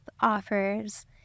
offers